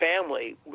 family